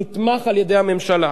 החוק הזה נתמך על-ידי הממשלה.